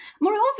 Moreover